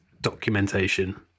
documentation